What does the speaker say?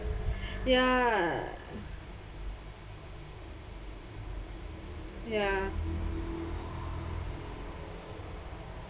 ya ya